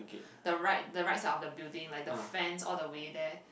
the right the right side of the building like the fence all the way there